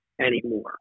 anymore